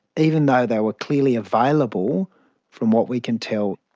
even though they were clearly available from what we can tell.